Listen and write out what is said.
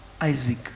Isaac